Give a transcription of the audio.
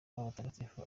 w’abatagatifu